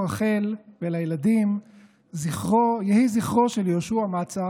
הפתרון של החוק, שיעשו כשרות בכל הארץ.